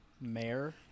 Mayor